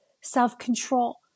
self-control